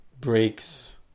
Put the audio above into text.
breaks